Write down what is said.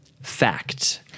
Fact